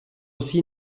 aussi